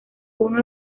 uno